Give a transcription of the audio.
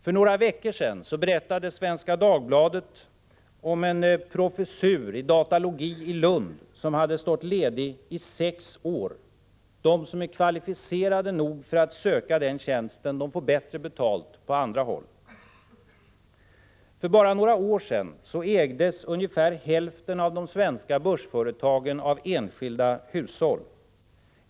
För några veckor sedan skrev Svenska Dagbladet om en professur i datalogi i Lund som stått ledig i sex år. De som är kvalificerade nog för tjänsten får bättre betalt på andra håll. För bara några år sedan ägdes ungefär hälften av de svenska börsföretagen av enskilda hushåll.